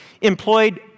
employed